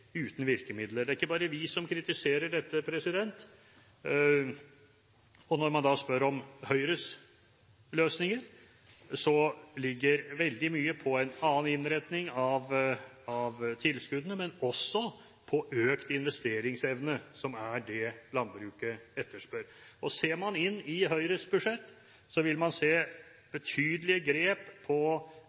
uten virkemidler. Det er ikke bare vi som kritiserer dette. Når man spør om Høyres løsninger, ligger veldig mye på en annen innretning av tilskuddene, men også på økt investeringsevne, som er det landbruket etterspør. Ser man på Høyres budsjett, vil man se betydelige grep på